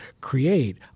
create